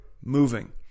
moving